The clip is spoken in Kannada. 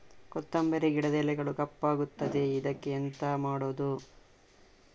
ಕೊತ್ತಂಬರಿ ಗಿಡದ ಎಲೆಗಳು ಕಪ್ಪಗುತ್ತದೆ, ಇದಕ್ಕೆ ಎಂತ ಮಾಡೋದು?